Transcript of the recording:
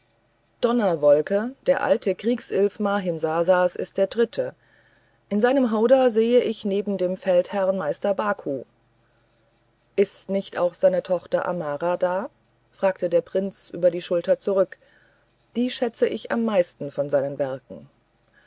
donnerwolke der alte kriegsilf mahimsasas ist der dritte in seinem howdah sehe ich neben dem feldherrn meister baku ist nicht auch seine tochter amara da fragte der prinz über die schulter zurück die schätze ich am meisten von seinen werken